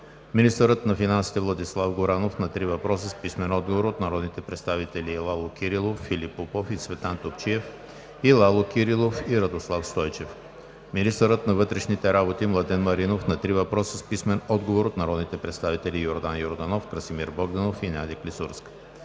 министърът на финансите Владислав Горанов – на три въпроса с писмен отговор от народните представители Лало Кирилов; Филип Попов и Цветан Топчиев; и Лало Кирилов и Радослав Стойчев; - министърът на вътрешните работи Младен Маринов – на три въпроса с писмен отговор от народните представители Йордан Йорданов; Красимир Богданов; и Надя Клисурска-Жекова;